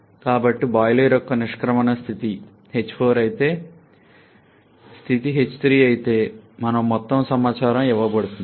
కాబట్టి బాయిలర్ యొక్క నిష్క్రమణ స్థితి h4 అయితే స్థితి h3 అయితే మరియు మొత్తం సమాచారం ఇవ్వబడుతుంది